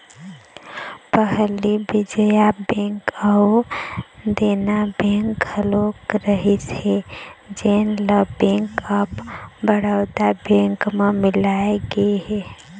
पहली विजया बेंक अउ देना बेंक घलोक रहिस हे जेन ल बेंक ऑफ बड़ौदा बेंक म मिलाय गे हे